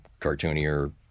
cartoonier